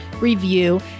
review